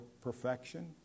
perfection